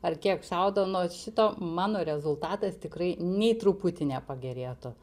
ar kiek šaudo nuo šito mano rezultatas tikrai nei truputi nepagerėtų